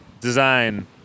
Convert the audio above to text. design